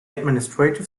administrative